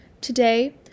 Today